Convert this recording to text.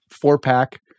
four-pack